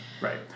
Right